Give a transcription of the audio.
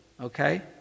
okay